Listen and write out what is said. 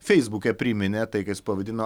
feisbuke priminė tai ką jis pavadino